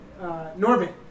Norbit